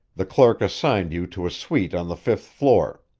the clerk assigned you to a suite on the fifth floor.